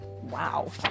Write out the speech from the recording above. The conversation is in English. wow